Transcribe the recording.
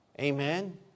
Amen